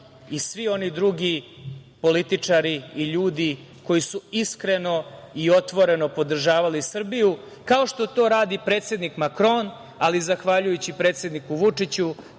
i svi oni drugi političari i ljudi koji su iskreno i otvoreno podržavali Srbiju, kao što to radi predsednik Makron. Zahvaljujući predsedniku Vučiću